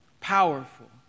powerful